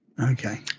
Okay